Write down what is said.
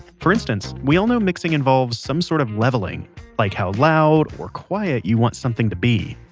for instance, we all know mixing involves some sort of leveling like how loud, or quiet you want something to be.